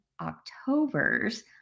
october's